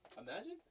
Imagine